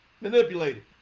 manipulated